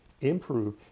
improve